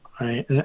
right